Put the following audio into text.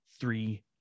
three